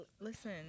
listen